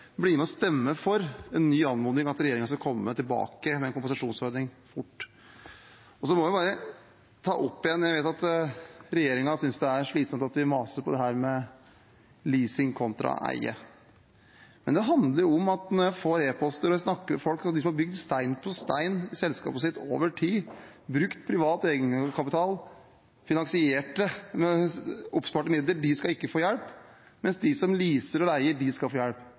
blir med og stemmer for en ny anmodning om at regjeringen skal komme tilbake med en kompensasjonsordning fort. Så må jeg bare ta det opp igjen, og jeg vet at regjeringen synes det er slitsomt at vi maser om dette med leasing kontra eie. Men det handler om folk jeg får e-poster fra og snakker med, de som har bygget stein på stein i selskapet sitt over tid, brukt privat egenkapital og finansiert det med oppsparte midler, at de ikke skal få hjelp, mens de som leaser og leier, de skal få hjelp.